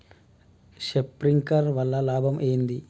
Sprinkler వల్ల లాభం ఏంటి?